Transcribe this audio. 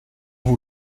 vous